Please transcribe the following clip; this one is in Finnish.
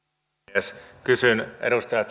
puhemies kysyn edustaja